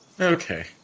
Okay